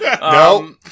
no